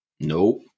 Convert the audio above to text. Nope